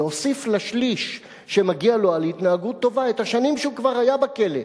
להוסיף לשליש שמגיע לו על התנהגות טובה את השנים שהוא כבר היה בכלא.